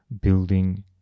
building